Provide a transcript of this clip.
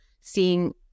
seeing